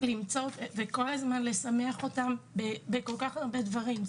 כל הזמן לשמח אותם בהרבה דברים: